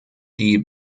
die